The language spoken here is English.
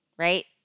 right